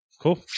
Cool